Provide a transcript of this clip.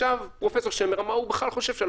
ישב פרופ' שמר ואמר שהוא בכלל חושב שעל